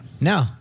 No